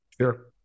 Sure